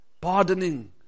pardoning